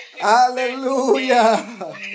Hallelujah